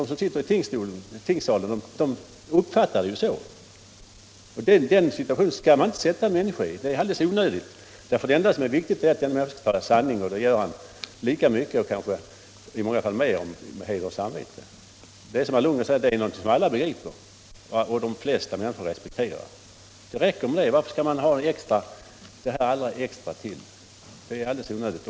De som sitter i tingssalen uppfattar det så, och en sådan situation skall man inte försätta en människa i. Det är alldeles onödigt. Det enda viktiga är att vederbörande talar sanning, och det gör han lika bra — eller i många fall kanske bättre — när han talar få heder och samvete. Det är också någonting som alla begriper, som herr Lundgren sade, och som de flesta människor respekterar. Det räcker med det. Varför skall man ha något extra därutöver? Det är alldeles onödigt.